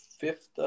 fifth